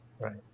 Right